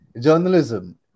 Journalism